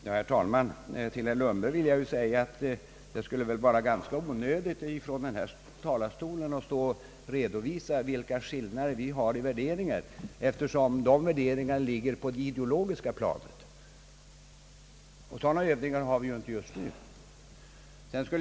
Herr talman! Till herr Lundberg vill jag säga att det skulle vara ganska onödigt att från den här talarstolen redovisa skillnaderna i våra värderingar, eftersom dessa ligger på det ideologis ka planet, och sådana övningar har vi ju inte just nu.